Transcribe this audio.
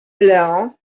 leo